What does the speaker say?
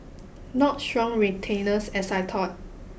not strong retainers as I thought